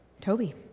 Toby